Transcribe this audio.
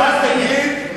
תהיה ישר.